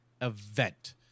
event